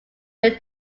when